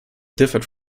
differed